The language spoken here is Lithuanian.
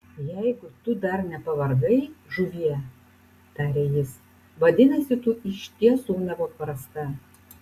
jeigu tu dar nepavargai žuvie tarė jis vadinasi tu iš tiesų nepaprasta